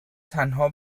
تنها